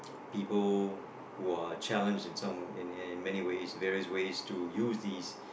people who are challenged in some in in many ways various ways to use this